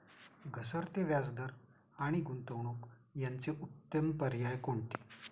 घसरते व्याजदर आणि गुंतवणूक याचे उत्तम पर्याय कोणते?